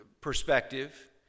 perspective